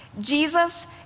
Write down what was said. Jesus